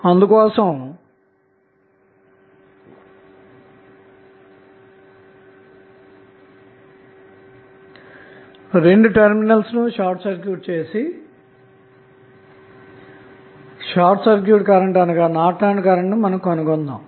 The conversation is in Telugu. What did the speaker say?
అందుకోసం సర్క్యూట్ యొక్క రెండు టెర్మినల్స్ ను షార్ట్ సర్క్యూట్ చేసి షార్ట్ సర్క్యూట్కరెంట్ అనగా నార్టన్ కరెంట్ ను కనుగొందాము